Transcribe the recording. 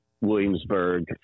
williamsburg